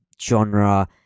genre